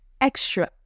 extra